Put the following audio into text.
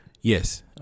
Yes